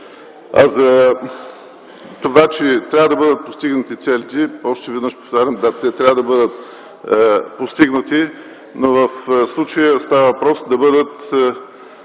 А за това, че трябва да бъдат постигнати целите, още веднъж повтарям – да, те трябва да бъдат постигнати, но в случая става въпрос за това